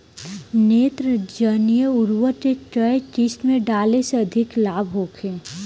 नेत्रजनीय उर्वरक के केय किस्त में डाले से अधिक लाभ होखे?